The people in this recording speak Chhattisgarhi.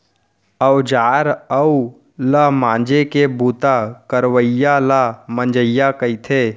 औजार उव ल मांजे के बूता करवइया ल मंजइया कथें